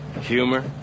Humor